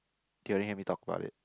they only let talk about it